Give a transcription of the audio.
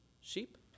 sheep